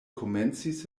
komencis